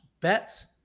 bets